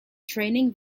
training